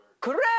Correct